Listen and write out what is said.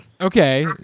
Okay